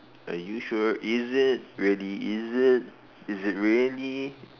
are you sure is it really is it is it really